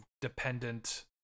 dependent